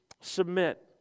submit